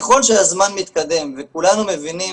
ככל שהזמן מתקדם וכולנו מבינים